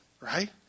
Right